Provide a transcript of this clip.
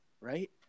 right